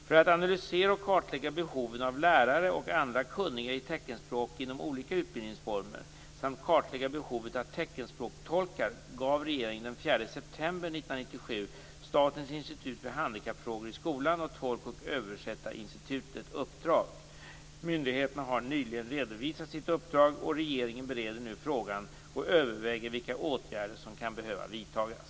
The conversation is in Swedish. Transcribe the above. För att analysera och kartlägga behoven av lärare och andra kunniga i teckenspråk inom olika utbildningsformer samt kartlägga behovet av teckenspråkstolkar gav regeringen den 4 september 1997 Statens institut för handikappfrågor i skolan och Tolk och översättarinstitutet ett uppdrag. Myndigheterna har nyligen redovisat sitt uppdrag. Regeringen bereder nu frågan och överväger vilka åtgärder som kan behöva vidtas.